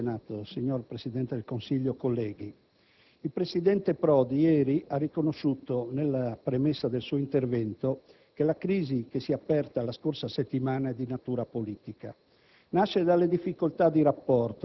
Signor Presidente del Senato, signor Presidente del Consiglio, colleghi, il presidente Prodi ha ieri riconosciuto nella premessa del suo intervento che la crisi che si è aperta la scorsa settimana è di natura politica;